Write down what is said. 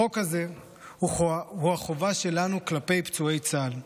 החוק הזה הוא החובה שלנו כלפי פצועי צה"ל,